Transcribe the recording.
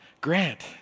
Grant